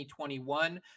2021